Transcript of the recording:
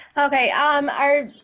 okay, um, our,